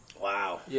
Wow